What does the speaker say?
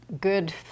good